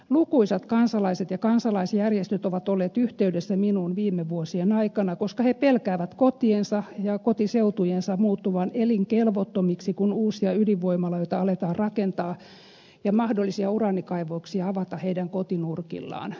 lukuisat kansalaiset ja kansalaisjärjestöt ovat olleet yhteydessä minuun viime vuosien aikana koska he pelkäävät kotiensa ja kotiseutujensa muuttuvan elinkelvottomiksi kun uusia ydinvoimaloita aletaan rakentaa ja mahdollisia uraanikaivoksia avata heidän kotinurkillaan